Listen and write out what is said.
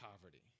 poverty